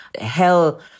Hell